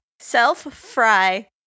Self-fry